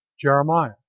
Jeremiah